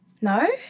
No